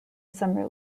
summer